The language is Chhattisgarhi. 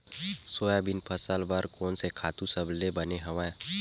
सोयाबीन फसल बर कोन से खातु सबले बने हवय?